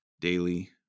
Daily